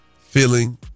feeling-